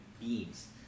beams